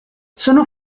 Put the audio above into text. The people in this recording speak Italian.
sono